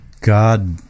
God